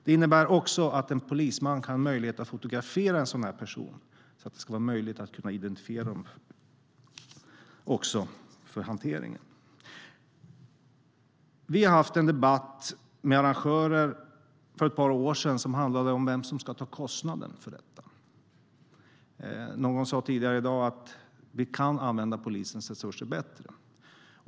Det innebär också att en polisman kan ha möjlighet att fotografera en sådan person, så att det ska vara möjligt att identifiera dem även för hanteringen. Vi hade för ett par år sedan en debatt med arrangörerna om vem som ska ta kostnaden för detta. Någon sa tidigare i dag att vi kan använda polisens resurser bättre.